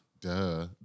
Duh